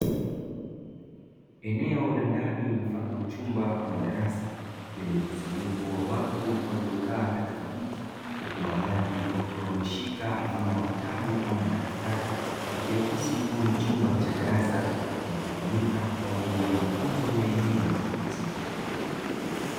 Eneo la ndani mfano wa chumba ama darasa lenye mkusanyiko wa watu waliokaa katika viti huku baadhi wakiwa wameshika mfano vitabu ama madaftari ikiakisi kuwa ni chumba cha darasa kinachotumika kwa ajili ya mafunzo ya elimu ya watu wazima.